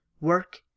Work